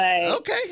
Okay